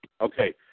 Okay